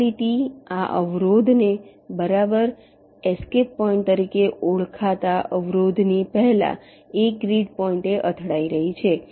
આ લીટી આ અવરોધને બરાબર એસ્કેપ પોઈન્ટ તરીકે ઓળખાતા અવરોધની પહેલા એક ગ્રીડ પોઈન્ટે અથડાઇ રહી છે